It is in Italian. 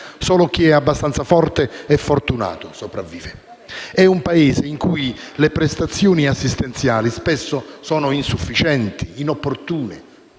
solo chi è abbastanza forte e fortunato sopravvive. Il nostro è un Paese in cui le prestazioni assistenziali sono spesso insufficienti, inopportune,